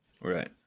right